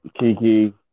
Kiki